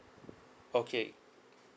okay